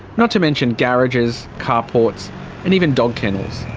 not to mention garages, carports and even dog kennels.